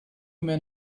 men